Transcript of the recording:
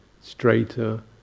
straighter